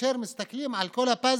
כאשר מסתכלים על כל הפאזל,